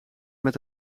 met